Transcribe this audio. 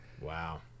Wow